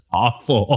awful